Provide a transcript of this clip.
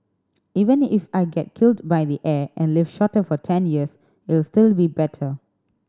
even if I get killed by the air and live shorter for ten years it'll still be better